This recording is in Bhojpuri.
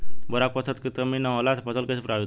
बोरान पोषक तत्व के न होला से फसल कइसे प्रभावित होला?